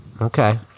Okay